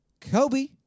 Kobe